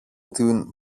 την